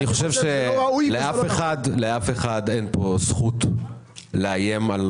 אני חושב שלאף אחד אין כאן זכות לאיים על